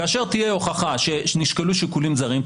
כאשר תהיה הוכחה שנשקלו שיקולים זרים,